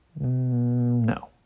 No